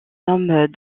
homme